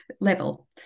level